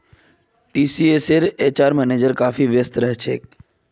टीसीएसेर HR manager काफी व्यस्त रह छेक